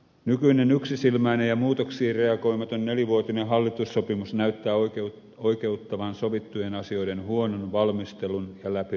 nykyinen yksisilmäinen ja muutoksiin reagoimaton nelivuotinen hallitussopimus näyttää oikeuttavan sovittujen asioiden huonon valmistelun ja läpi runnomisen